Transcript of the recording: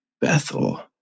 Bethel